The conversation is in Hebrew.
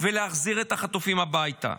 ולהחזיר את החטופים הביתה.